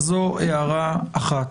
זו הערה אחת.